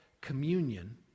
communion